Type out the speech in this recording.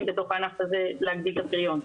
בתוך הענף הזה כדי להגדיל את הפריון.